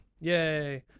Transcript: yay